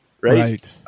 right